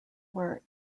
were